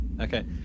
okay